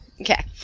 Okay